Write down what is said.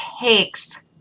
takes